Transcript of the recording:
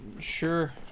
sure